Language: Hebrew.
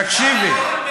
אתה יודע שאני